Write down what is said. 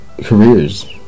Careers